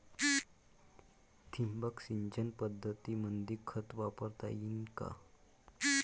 ठिबक सिंचन पद्धतीमंदी खत वापरता येईन का?